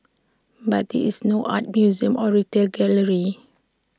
but this is no art museum or retail gallery